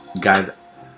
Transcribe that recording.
guys